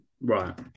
Right